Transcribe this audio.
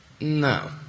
No